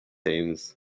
aims